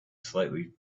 slightly